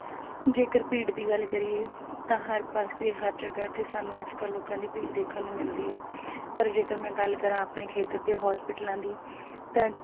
ਜੇਕਰ ਭੀੜ ਦੀ ਗੱਲ ਕਰੀਏ ਤਾਂ ਹਰ ਪਾਸੇ ਹਰ ਜਗ੍ਹਾ 'ਤੇ ਸਾਨੂੰ ਅੱਜ ਕੱਲ੍ਹ ਲੋਕਾਂ ਦੀ ਭੀੜ ਦੇਖਣ ਨੂੰ ਮਿਲਦੀ ਹੈ ਪਰ ਜੇਕਰ ਮੈਂ ਗੱਲ ਕਰਾਂ ਆਪਣੇ ਖੇਤਰ ਦੇ ਹੋਸਪਿਟਲਾਂ ਦੀ ਤਾਂ